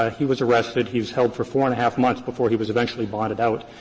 ah he was arrested. he was held for four and a half months before he was eventually bonded out.